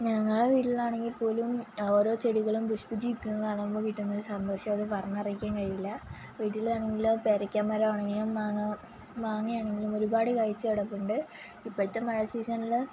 ഞങ്ങളുടെ വീട്ടിലാണെങ്കിൽ പോലും ഓരോ ചെടികളും പുഷ്പിച്ചുനില്ക്കുന്നത് കാണുമ്പോള് കിട്ടുന്നൊരു സന്തോഷം അത് പറഞ്ഞറിയിക്കാൻ കഴിയില്ല വീട്ടിലാണെങ്കില് പേരക്കാ മരമാണെങ്കിലും മാങ്ങയാണെങ്കിലും ഒരുപാട് കായ്ച്ച് കിടപ്പുണ്ട് ഇപ്പോഴത്തെ മഴ സീസണില്